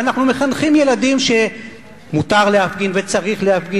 ואנחנו מחנכים ילדים שמותר להפגין וצריך להפגין